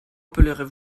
appellerez